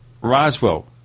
Roswell